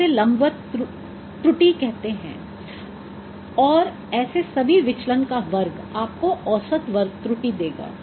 हम इसे लंबवत त्रुटि कहते हैं और ऐसे सभी विचलन का वर्ग आपको औसत वर्ग त्रुटि देगा